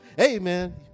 Amen